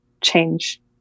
change